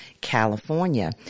California